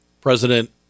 President